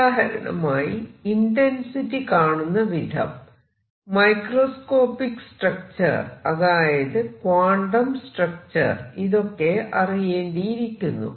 ഉദാഹരണമായി ഇന്റെൻസിറ്റി കാണുന്ന വിധം മൈക്രോസ്കോപിക് സ്ട്രക്ച്ചർ അതായത് ക്വാണ്ടം സ്ട്രക്ച്ചർ ഇതൊക്കെ അറിയേണ്ടിയിരിക്കുന്നു